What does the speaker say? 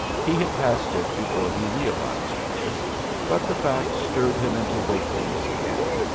he had passed it before he realized this but the fact stirred him into wakefulness again,